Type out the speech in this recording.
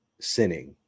sinning